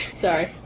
Sorry